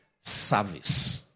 Service